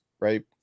right